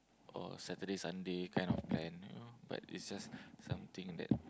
or Saturday Sunday kind of plan you know but it's just something that